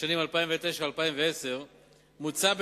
לשנים 2009 ו-2010 מוצע,